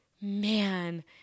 man